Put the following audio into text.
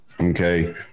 Okay